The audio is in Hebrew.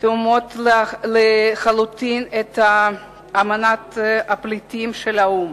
תואמות לחלוטין את האמנה בדבר מעמדם של פליטים של האו"ם.